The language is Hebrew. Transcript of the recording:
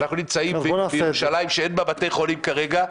אנחנו נמצאים בירושלים שאין בה בתי חולים כרגע.